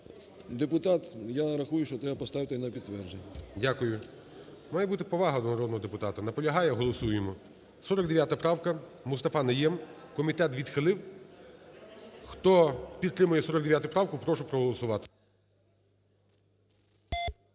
депутат, я рахую, що треба поставити на підтвердження. ГОЛОВУЮЧИЙ. Дякую. Має бути повага до народного депутата. Наполягає – голосуємо. 49 правка, Мустафа Найєм. Комітет відхилив. Хто підтримує 49 правку, прошу проголосувати.